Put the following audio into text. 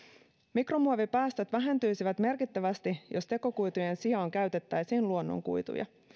mikromuovipäästöt vähentyisivät merkittävästi jos tekokuitujen sijaan käytettäisiin luonnonkuituja